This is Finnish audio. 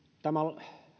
tämä